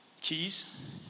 keys